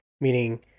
meaning